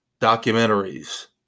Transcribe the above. documentaries